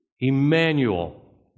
Emmanuel